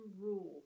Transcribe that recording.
rule